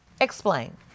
Explain